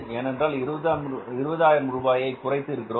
ஏனென்றால் 20000 ரூபாயை குறைத்து இருக்கிறோம்